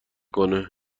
کنه